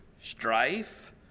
strife